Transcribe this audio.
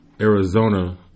Arizona